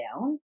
down